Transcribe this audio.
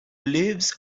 lives